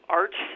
art